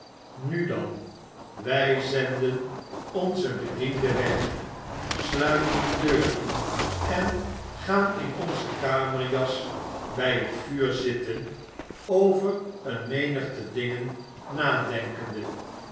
nu dan wy zenden onzen bediende weg sluiten de deur en gaan in onze kamerjas by het vuur zitten over een menigte dingen nadenkende